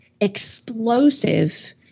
explosive